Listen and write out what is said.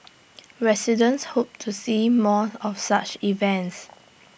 residents hope to see more of such events